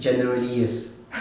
generally yes